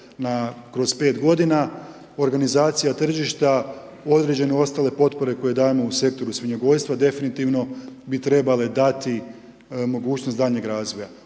kroz 5 godina, organizacija tržišta. Određene ostale potpore koje dajemo u sektoru svinjogojstva definitivno bi trebale dati mogućnost daljnjeg razvoja.